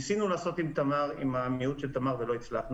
ניסינו לעשות עסקה עם המיעוט של תמר ולא הצלחנו.